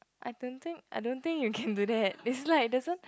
I don't think I don't think you can do that it's like there's one